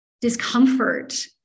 discomfort